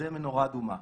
זו מנורה אדומה.